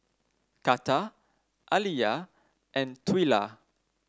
Karter Aliyah and Twila